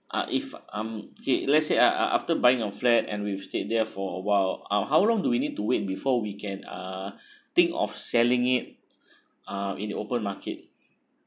ah if I'm okay let's say ah ah after buying a flat and we stayed there for a while uh how long do we need to wait before we can uh think of selling it uh in the open market